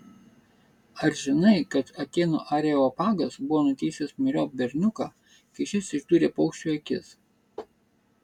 ar žinai kad atėnų areopagas buvo nuteisęs myriop berniuką kai šis išdūrė paukščiui akis